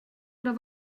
oder